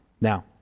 Now